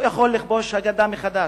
הוא יכול לכבוש את הגדה מחדש.